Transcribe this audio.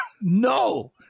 no